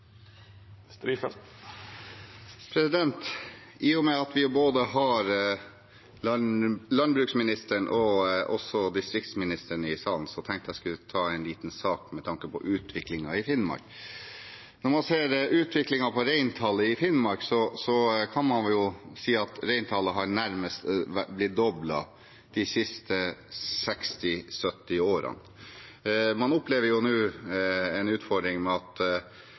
I og med at vi har både landbruksministeren og distriktsministeren i salen, tenkte jeg at jeg skulle ta opp en liten sak med tanke på utviklingen i Finnmark. Når man ser utviklingen i reintallet i Finnmark, kan man si at reintallet nærmest har blitt doblet de siste 60–70 årene. Man opplever nå en utfordring med at